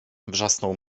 wrzasnął